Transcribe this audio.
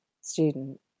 student